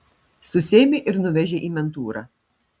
susėmė ir nuvežė į mentūrą